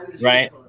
right